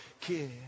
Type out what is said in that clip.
kid